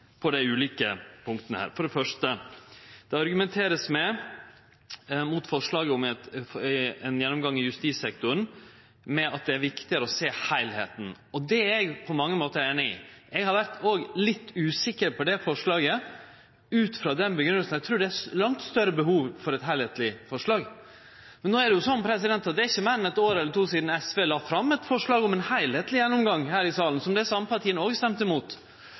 på dei ulike punkta her. For det første: Det vert argumentert med – mot forslaget om ein gjennomgang i justissektoren – at det er viktigare å sjå heilheita. Det er eg på mange måtar einig i. Eg har òg vore litt usikker på det forslaget, ut frå den grunngjevinga. Eg trur det er langt større behov for eit heilskapleg forslag, men no er det jo sånn at det er ikkje meir enn eitt år eller to sidan SV la fram eit forslag om ein heilskapleg gjennomgang her i salen, som dei same partia òg stemte imot,